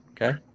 okay